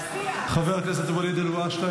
חבר הכנסת ואליד אלהואשלה,